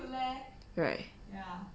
right